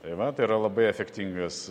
tai va tai yra labai efektingas